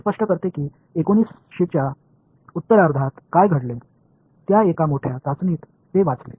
हे स्पष्ट करते की 1900 च्या उत्तरार्धात काय घडले त्या एका मोठ्या चाचणीत ते वाचले